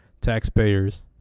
taxpayers